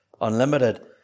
unlimited